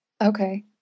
okay